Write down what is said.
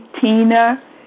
Tina